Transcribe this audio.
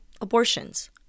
abortions